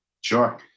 Sure